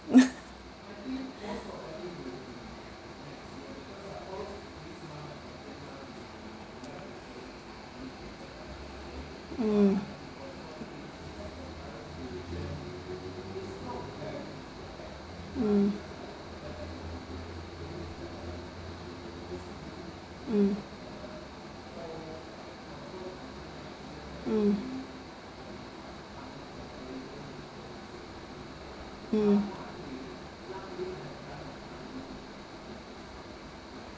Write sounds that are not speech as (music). (laughs) mm mm mm mm mm